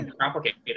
complicated